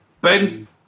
Ben